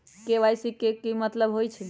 KYC के कि मतलब होइछइ?